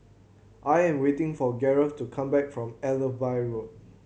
I am waiting for Garret to come back from Allenby Road